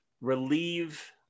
relieve